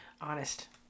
honest